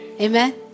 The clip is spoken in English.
Amen